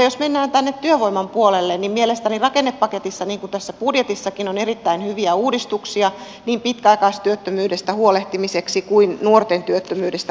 jos mennään tänne työvoiman puolelle niin mielestäni rakennepaketissa niin kuin tässä budjetissakin on erittäin hyviä uudistuksia niin pitkäaikaistyöttömyydestä huolehtimiseksi kuin nuorten työttömyydestä huolehtimiseksi